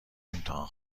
امتحان